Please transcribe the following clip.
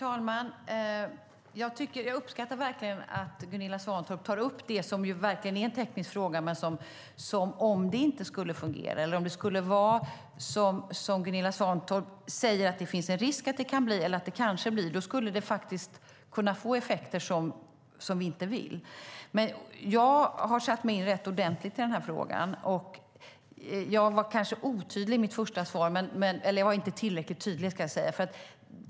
Herr talman! Jag uppskattar att Gunilla Svantorp tar upp den här frågan. Det är verkligen en teknisk fråga, men om det inte skulle fungera eller om det skulle bli som Gunilla Svantorp säger att det finns risk att det kan bli, då skulle det kunna få effekter som vi inte vill ha. Jag har satt mig in frågan rätt ordentligt. Jag var kanske otydlig i mitt första svar - eller jag var inte tillräckligt tydlig, ska jag säga.